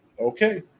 Okay